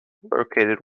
located